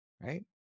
right